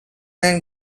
and